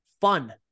Fun